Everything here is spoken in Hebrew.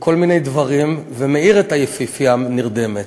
וכל מיני דברים, ומעיר את היפהפייה הנרדמת.